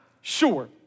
sure